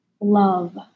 love